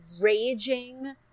raging